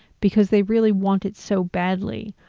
because they really want it so badly,